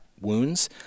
wounds